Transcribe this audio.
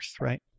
Right